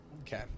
Okay